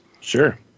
Sure